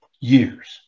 years